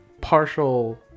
partial